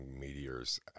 meteors